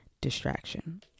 distraction